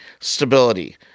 stability